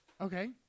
Okay